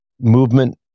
movement